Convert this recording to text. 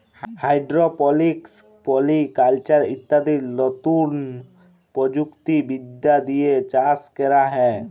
hydroponics, polyculture ইত্যাদি লতুন প্রযুক্তি বিদ্যা দিয়ে চাষ ক্যরা হ্যয়